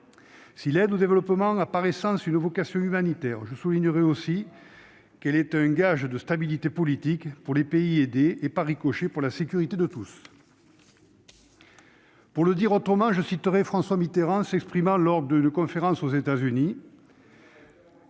Si l'aide au développement a par essence une vocation humanitaire, je soulignerai qu'elle est aussi un gage de stabilité politique pour les pays aidés et, par ricochet, pour la sécurité de tous. Pour le dire autrement, je citerai François Mitterrand. Quelle référence ! Mais